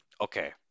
Okay